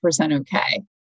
okay